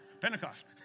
Pentecost